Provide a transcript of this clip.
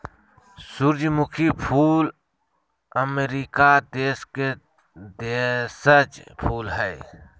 सूरजमुखी फूल अमरीका देश के देशज फूल हइ